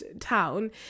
town